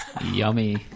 Yummy